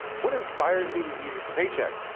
what inspires me to do. the paycheck.